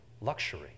luxury